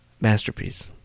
masterpiece